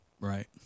right